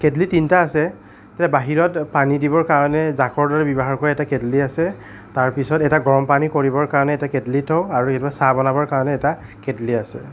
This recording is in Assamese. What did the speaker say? কেটলি তিনিটা আছে এটা বাহিৰত পানী দিবৰ কাৰণে জাগৰ দৰে ব্যৱহাৰ কৰা এটা কেটলি আছে তাৰপিছত এটা গৰমপানী কৰিবৰ কাৰণে এটা কেটলিটো আৰু যেনিবা চাহ বনাবৰ কাৰণে এটা কেটলি আছে